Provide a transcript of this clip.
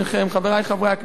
חברי חברי הכנסת,